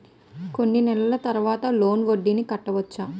కొన్ని నెలల తర్వాత లోన్ వడ్డీని నేను కట్టవచ్చా?